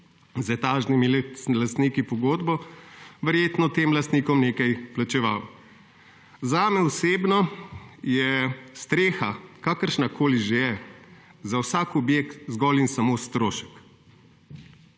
etažnimi lastniki pogodbo verjetno tem lastnikom nekaj plačeval. Zame osebno je streha kakršnakoli že je za vsak objekt zgolj in samo strošek.